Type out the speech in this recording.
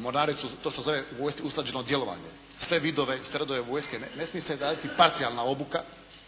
mornaricu, to se zove u vojsci usklađeno djelovanje. Sve vidove, sve radove vojske ne smije se raditi parcijalna obuka.